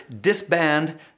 disband